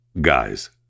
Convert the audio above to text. guys